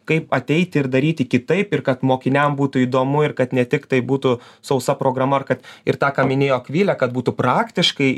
kaip ateiti ir daryti kitaip ir kad mokiniam būtų įdomu ir kad ne tik tai būtų sausa programa ar kad ir tą ką minėjo akvilė kad būtų praktiškai